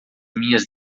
minhas